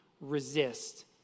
resist